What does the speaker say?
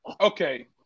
okay